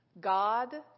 God